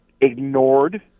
ignored